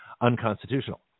Unconstitutional